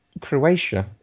Croatia